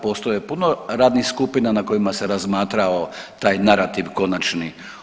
Postoji puno radnih skupina na kojima se razmatrao taj narativ konačni.